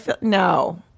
No